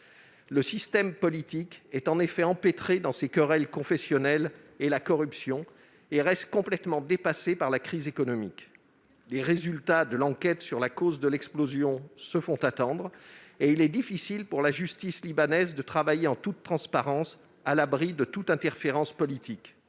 Le système politique est empêtré dans ses querelles confessionnelles et la corruption, et reste complètement dépassé par la crise économique. En outre, les résultats de l'enquête sur les causes de l'explosion se font attendre, et il est difficile pour la justice libanaise de travailler en toute transparence, à l'abri des interférences politiques.